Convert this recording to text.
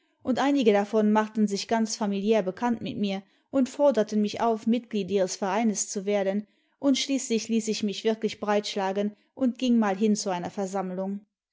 und einige davon machten sich ganz familiär ibekannit mit mir und forderten nücih auf mitglied ihres vereins zu werden und schließlich ließ ich mich wirklich breitschlagen imd ging mal hin zu einer versammlung